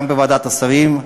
גם בוועדת השרים,